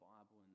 Bible